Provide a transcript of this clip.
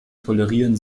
tolerieren